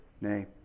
nay